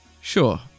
Sure